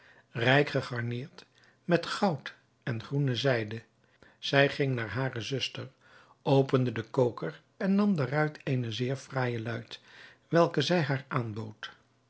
rijk gegarneerd met goud en groene zijde zij ging naar hare zuster opende den koker en nam daaruit eene zeer fraaije luit welke zij haar aanbood